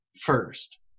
first